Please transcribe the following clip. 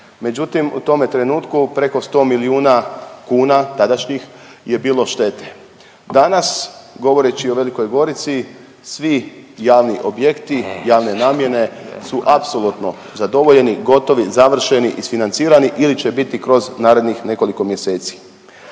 međutim u tome trenutku preko sto milijuna kuna tadašnjih je bilo štete. Danas govoreći o Velikoj Gorici svi javni objekti javne namjene su apsolutno zadovoljeni, gotovi, završeni, isfinancirani ili će biti kroz narednih nekoliko mjeseci.